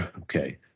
Okay